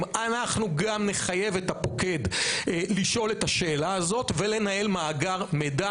אנחנו גם נחייב את הפוקד לשאול את השאלה הזאת ולנהל מאגר מידע.